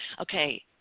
Okay